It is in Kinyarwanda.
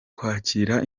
kwakira